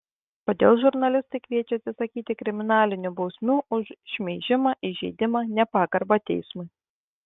kodėl žurnalistai kviečia atsisakyti kriminalinių bausmių už šmeižimą įžeidimą nepagarbą teismui